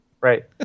Right